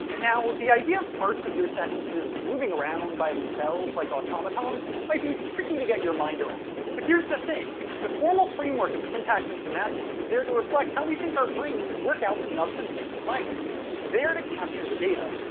now, the idea of parts of your sentences around by themselves like automatons might be tricky to get your mind around, but here's the thing the formal framework of syntax and semantics is there to reflect how we think our brains work out the nuts and bolts of language. it's there to capture the data.